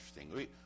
interesting